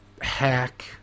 hack